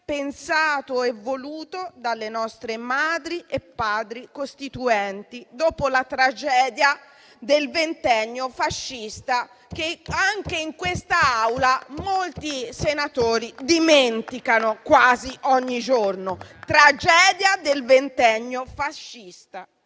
pensato e voluto dai nostri Madri e Padri costituenti, dopo la tragedia del ventennio fascista che anche in quest'Aula molti senatori dimenticano quasi ogni giorno. Siamo qui a